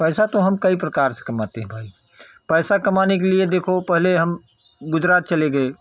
पैसा तो हम कई प्रकार से कमाते हैं भई पैसा कमाने के लिए देखो पहले हम गुजरात चले गए